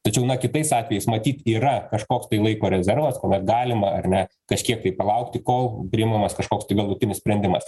tačiau na kitais atvejais matyt yra kažkoks laiko rezervas kuomet galima ar ne kažkiek tai palaukti kol priimamas kažkoks tai galutinis sprendimas